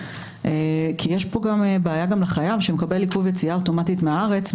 כי יש פה גם בעיה לחייב שמקבל עיכוב יציאה אוטומטית מהארץ,